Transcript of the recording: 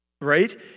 right